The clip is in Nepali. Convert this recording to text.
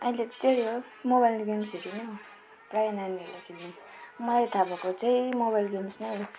अहिले त त्यही हो मोबाइल गेम्सहरू नै हो प्राय नानीहरूले खेल्ने मलाई थाह भएको चाहिँ मोबाइल गेम्स नै हो